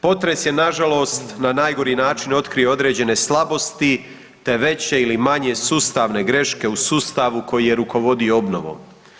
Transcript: Potres je nažalost na najgori način otkrio određene slabosti, te veće ili manje sustavne greške u sustavu koji je rukovodio obnovom.